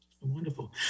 Wonderful